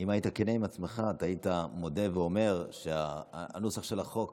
אם היית כן עם עצמך היית מודה ואומר שהנוסח של החוק